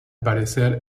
parecer